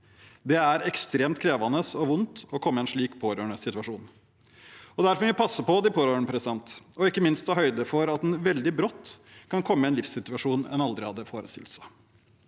Det er ekstremt krevende og vondt å komme i en slik pårørendesituasjon. Derfor må vi passe på de pårørende og ikke minst ta høyde for at en veldig brått kan komme i en livssituasjon en aldri hadde forestilt seg.